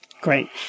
Great